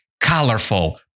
colorful